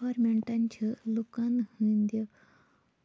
گورمنٹَن چھِ لُکَن ہٕنٛدِ